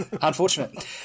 Unfortunate